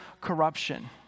corruption